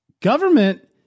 Government